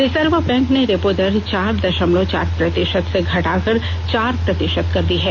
reserve bank ने repo दर चार दशमलव चार प्रतिशत से घटाकर चार प्रतिशत कर दी है